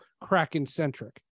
Kraken-centric